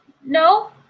No